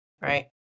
right